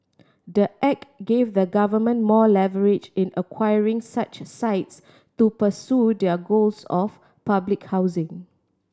the act gave the government more leverage in acquiring such sites to pursue their goals of public housing